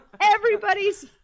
everybody's